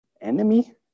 Enemy